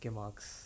marks